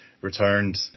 returned